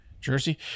Jersey